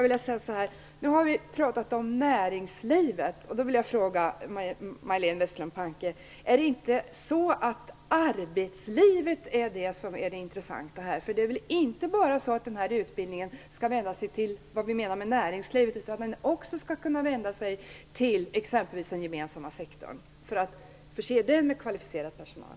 Vi har talat mycket om näringslivet. Är det inte så att det är arbetslivet som är det intressanta? Utbildningen skall väl inte bara vända sig till det vi kallar näringslivet, utan också till den gemensamma sektorn för att förse den med kvalificerad personal?